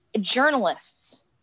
Journalists